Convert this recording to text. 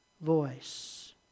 voice